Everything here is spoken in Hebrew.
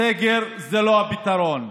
סגר זה לא הפתרון.